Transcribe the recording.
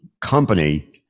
company